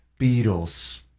Beatles